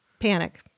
Panic